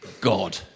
God